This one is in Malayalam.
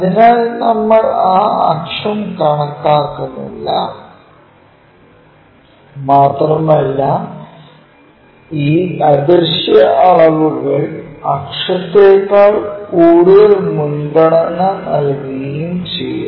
അതിനാൽ നമ്മൾ ആ അക്ഷം കാണിക്കുന്നില്ല മാത്രമല്ല ഈ അദൃശ്യ അളവുകൾ അക്ഷത്തേക്കാൾ കൂടുതൽ മുൻഗണന നൽകുകയും ചെയ്യുന്നു